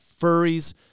furries